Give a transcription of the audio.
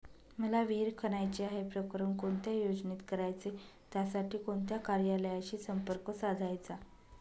मला विहिर खणायची आहे, प्रकरण कोणत्या योजनेत करायचे त्यासाठी कोणत्या कार्यालयाशी संपर्क साधायचा?